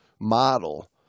model